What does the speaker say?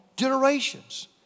generations